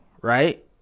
right